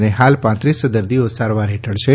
અને હાલ પાંત્રીસ દર્દીઓ સારવાર હેઠળ છે